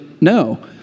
No